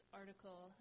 article